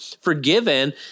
forgiven